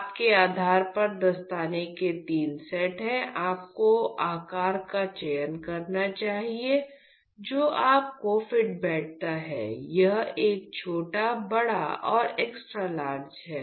आपके आधार पर दस्ताने के तीन सेट है आपको आकार का चयन करना चाहिए जो आपको फिट बैठता है यह एक छोटा बड़ा और एक्स्ट्रा लार्ज हैं